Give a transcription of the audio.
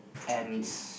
okay